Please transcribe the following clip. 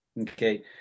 Okay